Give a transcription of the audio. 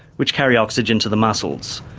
which carry oxygen to the muscles.